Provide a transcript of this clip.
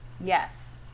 Yes